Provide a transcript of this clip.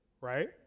right